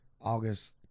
August